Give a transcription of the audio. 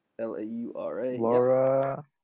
L-A-U-R-A